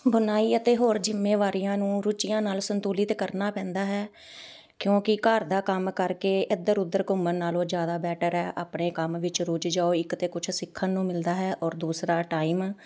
ਬੁਣਾਈ ਅਤੇ ਹੋਰ ਜਿੰਮੇਵਾਰੀਆਂ ਨੂੰ ਰੁਚੀਆਂ ਨਾਲ ਸੰਤੁਲਿਤ ਕਰਨਾ ਪੈਂਦਾ ਹੈ ਕਿਉਂਕਿ ਘਰ ਦਾ ਕੰਮ ਕਰਕੇ ਇੱਧਰ ਉੱਧਰ ਘੁੰਮਣ ਨਾਲੋਂ ਜ਼ਿਆਦਾ ਬੈਟਰ ਹੈ ਆਪਣੇ ਕੰਮ ਵਿੱਚ ਰੁੱਝ ਜਾਓ ਇੱਕ ਤਾਂ ਕੁਛ ਸਿੱਖਣ ਨੂੰ ਮਿਲਦਾ ਹੈ ਔਰ ਦੂਸਰਾ ਟਾਈਮ